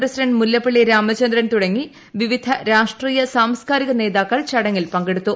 president Mullappally Ramachandran തുടങ്ങി പിവിധ രാഷ്ട്രീയ സാംസ്ക്കാരിക നേതാക്കൾ ചടങ്ങിൽ പങ്കെടുത്തു